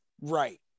right